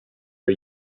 are